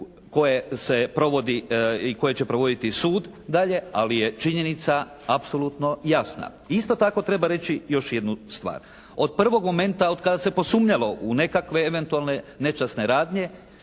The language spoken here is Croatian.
koje će provoditi sud dalje ali je činjenica apsolutno jasna. I isto tako treba reći još jednu stvar. Od prvog momenta od kada se posumnjalo u nekakve eventualne nečasne radnje